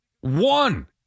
One